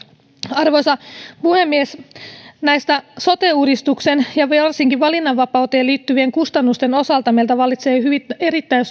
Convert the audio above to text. arvoisa puhemies sote uudistukseen ja varsinkin valinnanvapauteen liittyvien kustannusten osalta meillä vallitsee erittäin